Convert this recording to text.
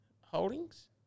holdings